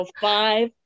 five